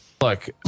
Look